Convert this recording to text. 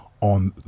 on